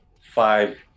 five